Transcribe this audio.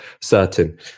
certain